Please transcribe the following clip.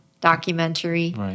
documentary